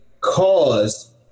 caused